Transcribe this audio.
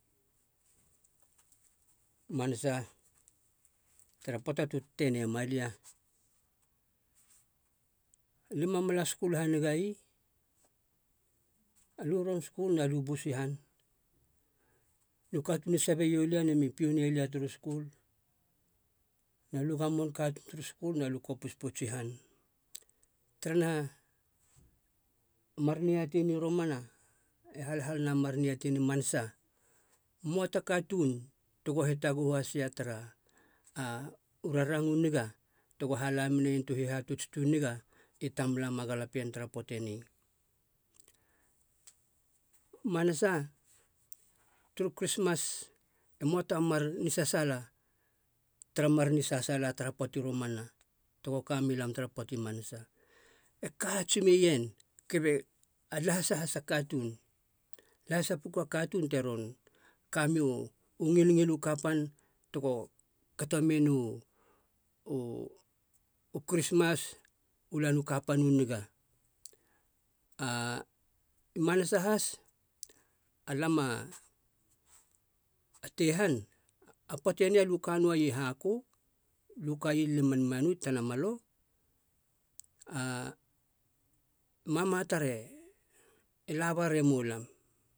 Manasa, tara poata tu tetenei ma lia, aliu ma mala skul hanigai. Alia u ron skul na lia u busi han nu katuun i sabeio lia ne mi piou nai lia turu skul na lia u gamon ka tuun turu skul na lia u kopis pouts i han. Taranaha, a mar niatei ni romana e halhal nena mar niatei ni manasa. Moa ta katuun tego hitaguhu has ia tara u raranga u niga tego hala menien tu hihatutsia tu niga i tamlam a galapien tara poata eni. I manasa, turu krismas, e moa ta mar nisasaala tara mar nisasaala tara poata i romana tego ka meilam tara poata i manasa, e ka hats meien kabe a lahisa has a katuun lahisa puku a katuun te ron kamei u ngilngil u kapan tego kato menu u- u krismas u lan u kapan u niga. i manasa has alam a tei han, a poata eni alia u ka noaia i haku a lia u kaia i lemanmanu, i tanamalo. mama tar e laba ramoulam